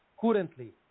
currently